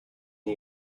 and